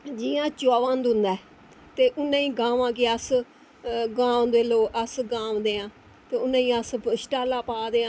जियां मैंह् ते उनें गवां गी अस गमां दे आं ते उनेंगी अस छटाला पा दे आं